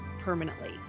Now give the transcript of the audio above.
permanently